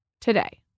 today